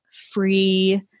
free